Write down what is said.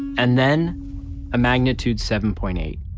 and then a magnitude seven point eight